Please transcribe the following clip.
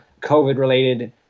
COVID-related